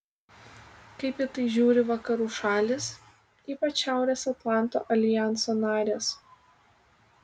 kaip į tai žiūri vakarų šalys ypač šiaurės atlanto aljanso narės